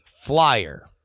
flyer